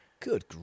Good